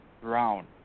Brown